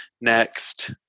next